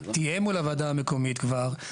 תיאם מול הוועדה המקומית כבר,